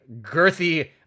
girthy